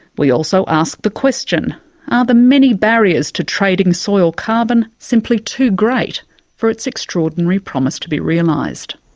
we also ask the question are the many barriers to trading soil carbon simply too great for its extraordinary promise to be realised?